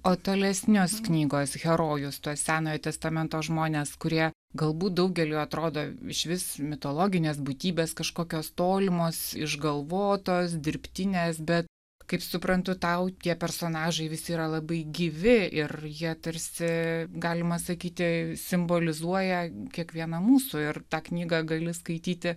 o tolesnius knygos herojus tuos senojo testamento žmones kurie galbūt daugeliui atrodo išvis mitologinės būtybės kažkokios tolimos išgalvotos dirbtinės bet kaip suprantu tau tie personažai visi yra labai gyvi ir jie tarsi galima sakyti simbolizuoja kiekvieną mūsų ir tą knygą gali skaityti